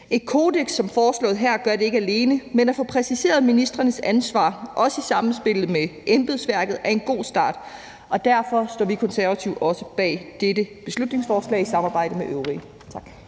Et kodeks som foreslået her gør det ikke alene, men at få præciseret ministrenes ansvar, også i samspillet med embedsværket, er en god start. Derfor står vi Konservative også i samarbejde med de øvrige bag